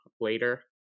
later